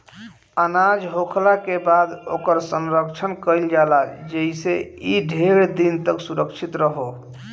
अनाज होखला के बाद ओकर संरक्षण कईल जाला जेइसे इ ढेर दिन तक सुरक्षित रहो